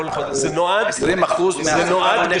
אנחנו גם היינו בג'סר א-זרקא, זה מקום ראשון.